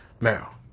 Now